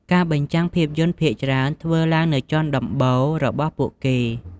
ការបញ្ចាំងភាពយន្តភាគច្រើនធ្វើឡើងនៅជាន់ដំបូលរបស់ពួកគេ។